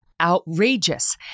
outrageous